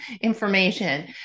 information